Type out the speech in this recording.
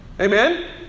Amen